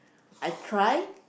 I try